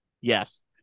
yes